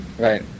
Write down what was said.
Right